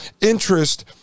Interest